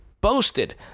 boasted